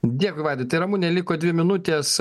dėkui vaidai tai ramune liko dvi minutės